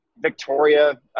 Victoria